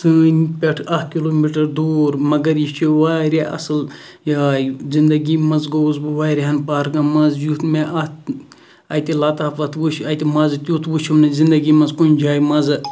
سٲنۍ پیٹھ اَکھ کِلوٗ میٖٹَر دوٗر مَگَر یہِ چھِ واریاہ اَصل جاے زِندَگی مَنٛز گوٚوُس بہٕ واریَہَن پارکَن مَنٛز یُتھ مےٚ اَتھ اَتہِ لَطافَت وٕچھ اَتہِ مَزٕ تیُتھ وٕچھُم نہٕ زِندگی مَنٛز کُنہِ جایہِ مَزٕ